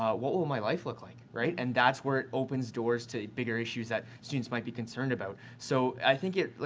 ah what will my life look like? right? and that's where it opens doors to bigger issues that students might be concerned about. so, i think it like,